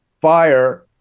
fire